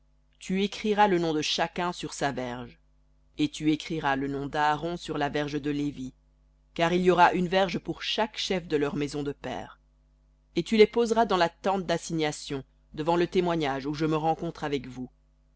tu écriras le nom de chacun sur sa verge et tu écriras le nom d'aaron sur la verge de lévi car il y aura une verge pour chef de leurs maisons de pères et tu les poseras dans la tente d'assignation devant le témoignage où je me rencontre avec vous